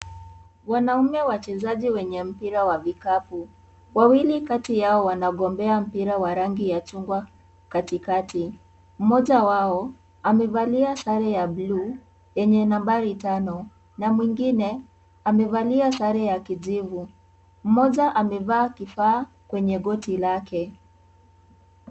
Wanaume wachezaji wenye mpira wa vikapu, wawili kati yao wanagombea mpira wa rangi ya chungwa katikati. Mmoja wao, amevalia sare ya bluu, yenye nambari tano na mwingine amevalia sare ya kijivu. Mmoja amevaa kifaa kwenye goti lake.